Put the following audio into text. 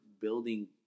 building